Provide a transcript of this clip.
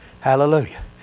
Hallelujah